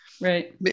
Right